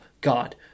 God